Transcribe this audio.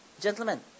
Gentlemen